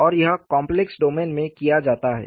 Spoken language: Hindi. और यह कॉप्लेक्स डोमेन में किया जाता है